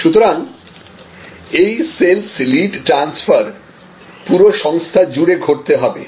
সুতরাং এই sales lead transfer পুরো সংস্থা জুড়ে ঘটতে হবে